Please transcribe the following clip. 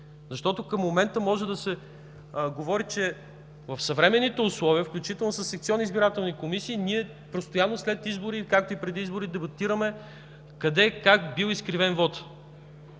Защото към момента може да се говори, че в съвременните условия, включително със секционни избирателни комисии, ние постоянно след избори, както и преди избори, дебатираме къде, как бил изкривен вотът.